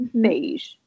Beige